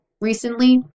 recently